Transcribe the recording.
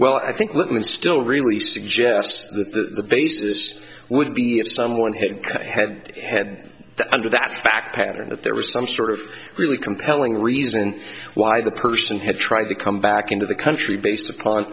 well i think women still really suggests that the basis would be if someone who had had the under that fact pattern that there was some sort of really compelling reason why the person had tried to come back into the country based upon